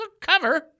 cover